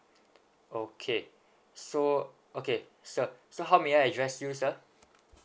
okay so okay sir so how may I address you sir